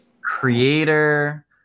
creator